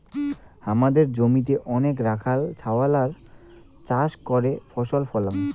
হামাদের জমিতে অনেইক রাখাল ছাওয়ালরা চাষ করে ফসল ফলাং